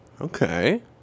Okay